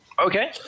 Okay